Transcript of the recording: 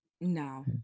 No